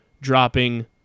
dropping